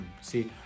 See